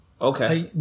okay